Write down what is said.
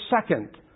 second